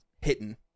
hitting